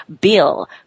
Bill